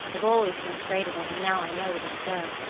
i've always been afraid of it, and now i know it is so.